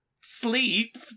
sleep